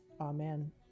Amen